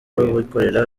abikorera